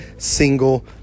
Single